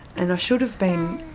and i should have been